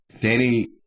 Danny